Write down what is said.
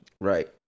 right